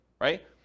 right